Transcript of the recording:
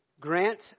Grant